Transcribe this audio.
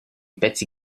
pezzi